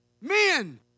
Men